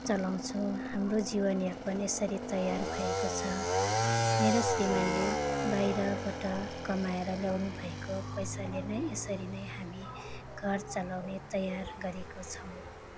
चलाउँछु हाम्रो जीवनयापन यसरी तयार भएको छ मेरो श्रीमानले बाहिरबाट कमाएर ल्याउनुभएको पैसाले नै यसरी नै हामी घर चलाउने तयार गरेको छौ